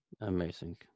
Amazing